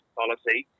policy